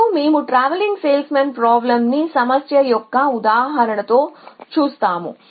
మరియు మేము TSP సమస్య యొక్క ఉదాహరణతో చూస్తాము